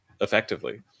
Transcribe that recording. effectively